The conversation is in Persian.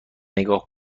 نگاه